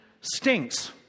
stinks